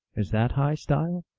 is that high style?